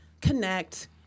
connect